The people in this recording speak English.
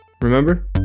Remember